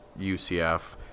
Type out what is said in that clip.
UCF